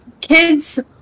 kids